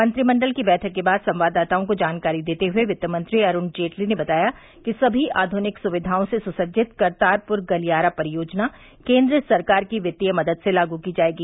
मंत्रिमंडल की बैठक के बाद संवाददाताओं को जानकारी देते हुए वित्त मंत्री अरुण जेटली ने बताया कि सनी आधनिक सुविधाओं से सुसज्जित करतारपुर गलियारा परियोजना केन्द्र सरकार की वित्तीय मदद से लागू की जाएगी